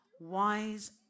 wise